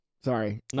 Sorry